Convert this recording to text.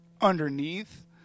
underneath